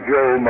Joe